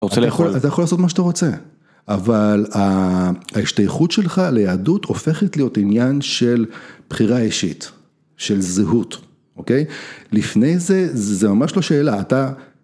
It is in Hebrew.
אתה רוצה לאכול. אתה יכול לעשות מה שאתה רוצה, אבל ההשתייכות שלך ליהדות הופכת להיות עניין של בחירה אישית, של זהות. לפני זה, זה ממש לא שאלה, אתה